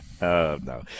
No